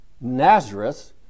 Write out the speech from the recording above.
Nazareth